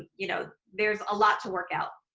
you know, there's a lot to work out.